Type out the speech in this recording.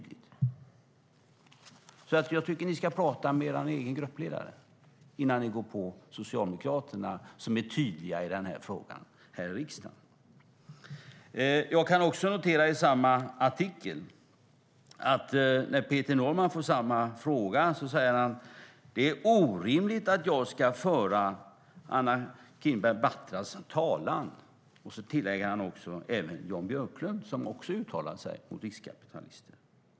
Jag tycker alltså att ni ska prata med er egen gruppledare innan ni går på Socialdemokraterna som är tydliga i den här frågan här i riksdagen. Jag kan också notera att när Peter Norman, i artikeln i Dagens Industri, får samma fråga säger han: Det är orimligt att jag ska föra Anna Kinberg Batras eller Jan Björklunds talan. Den senare har också uttalat sig om riskkapitalister.